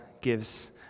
gives